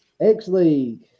X-League